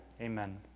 Amen